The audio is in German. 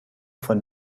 von